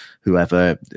whoever